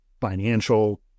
financial